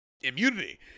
immunity